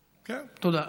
תודה.